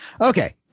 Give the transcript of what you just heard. Okay